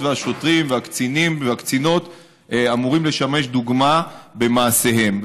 והשוטרים והקצינים והקצינות אמורים לשמש דוגמה במעשיהם.